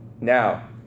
Now